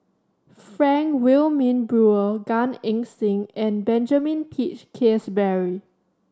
Frank Wilmin Brewer Gan Eng Seng and Benjamin Peach Keasberry